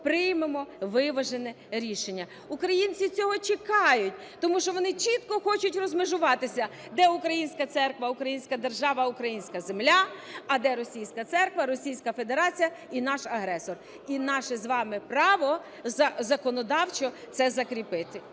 приймемо виважене рішення. Українці цього чекають, тому що вони чітко хочуть розмежуватися: де українська церква, українська держава, українська земля, а де російська церква, Російська Федерація і наш агресор. І наше з вами право законодавчо це закріпити.